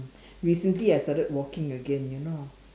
recently I started walking again you know